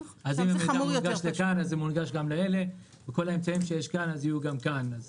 אם זה מונגש כאן אז זה מונגש גם כאן וכל האמצעים שיש כאן יהיו גם כאן.